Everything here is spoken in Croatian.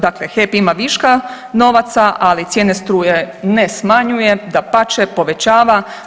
Dakle, HEP ima viška novaca, ali cijene struje ne smanjuje, dapače povećava.